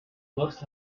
looks